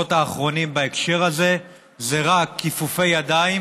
בשבועות האחרונים בהקשר הזה זה רק כיפופי ידיים